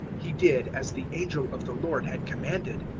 he did as the angel of the lord had commanded,